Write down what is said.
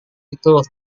itu